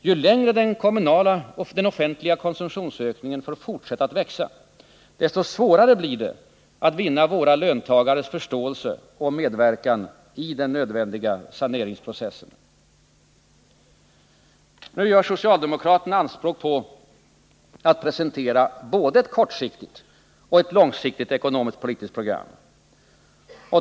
Ju längre den offentliga konsumtionsökningen får fortsätta att växa, desto svårare blir det att vinna våra löntagares förståelse och medverkan i den nödvändiga saneringsprocessen. Nu gör socialdemokraterna anspråk på att presentera både ett kortsiktigt och ett långsiktigt ekonomiskt-politiskt program.